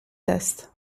test